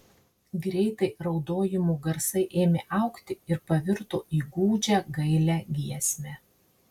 greitai raudojimų garsai ėmė augti ir pavirto į gūdžią gailią giesmę